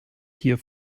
hier